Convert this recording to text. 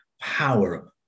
power